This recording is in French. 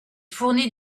fournit